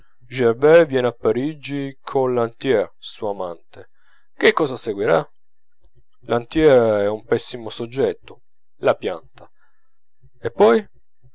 viene a parigi con lantier suo amante che cosa seguirà lantier è un pessimo soggetto la pianta e poi